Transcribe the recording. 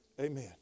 Amen